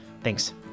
Thanks